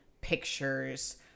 pictures